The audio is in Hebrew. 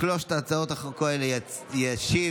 לשלוש הצעות החוק ישיב